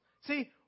See